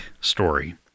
story